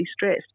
stressed